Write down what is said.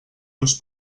ulls